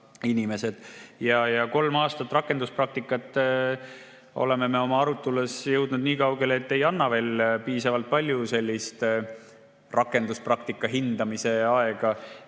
Kolm aastat rakenduspraktikat – oleme oma aruteludes jõudnud niikaugele – ei anna veel piisavalt palju rakenduspraktika hindamise aega,